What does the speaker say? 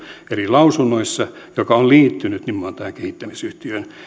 eri lausunnoissa se kritiikki joka on liittynyt nimenomaan tähän kehittämisyhtiön